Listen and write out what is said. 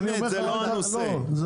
זה לא הנושא.